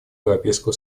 европейского